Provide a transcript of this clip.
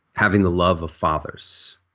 having the love of fathers.